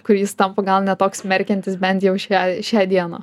kur jis tampa gal ne toks smerkiantis bent jau šią šią dieną